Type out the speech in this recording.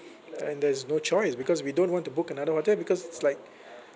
and there's no choice because we don't want to book another hotel because it's like